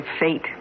fate